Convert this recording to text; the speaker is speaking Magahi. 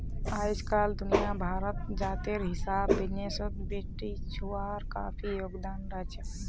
अइजकाल दुनिया भरत जातेर हिसाब बिजनेसत बेटिछुआर काफी योगदान रहछेक